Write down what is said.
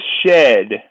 shed